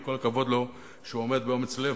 וכל הכבוד לו שהוא עומד באומץ לב